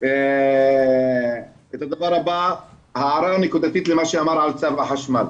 את הדבר הבא, הערה נקודתית למה שאמר על צו החשמל.